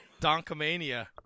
Donkomania